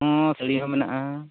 ᱦᱚᱸ ᱥᱟᱹᱲᱤ ᱦᱚᱸ ᱢᱮᱱᱟᱜᱼᱟ